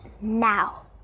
now